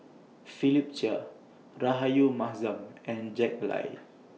Philip Chia Rahayu Mahzam and Jack Lai